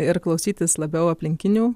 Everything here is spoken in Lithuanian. ir klausytis labiau aplinkinių